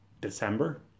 december